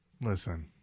Listen